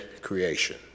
creation